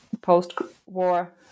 post-war